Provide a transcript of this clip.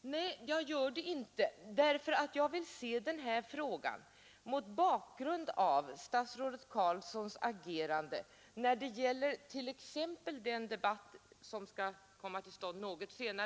Nej, det gör jag inte. Jag vill nämligen se denna fråga mot bakgrunden av statsrådet Carlssons agerande när det gäller t.ex. alternativa skolor, som vi skall debattera något senare.